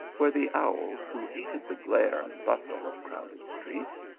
where the owl, who hated the glare and bustle of crowded streets,